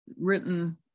written